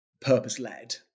purpose-led